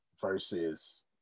versus